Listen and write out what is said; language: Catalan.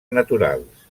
naturals